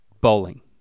bowling